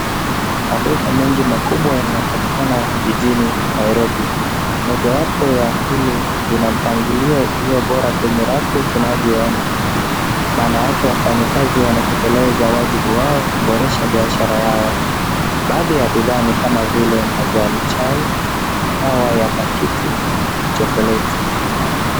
Maduka mengi makubwa yanapatikana jijini Nairobi. Mojawapo ya hili lina mpangilio ulio bora kwenye rafu tunavyooona manake wafanyakazi wanatekeleza wajibu wao kuboresha biashara yao. Baadhi ya bidhaa ni kama vile majani chai, kahawa ya pakiti na chocolate .